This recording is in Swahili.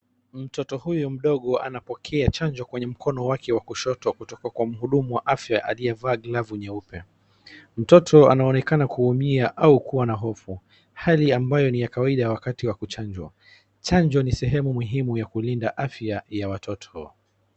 Mtoto huyu mdogo anapokea chanjo kwenye mkono wake wa kushoto kutoka kwa mhudumu wa afya aliyevaa glavu nyeupe, mtoto anaonekana kuumia au kuwa na hofu, hali ambayo ni ya kawaida wakati wa kuchanjwa. Chanjo ni sehemu muhimu ya kulinda afya ya watoto.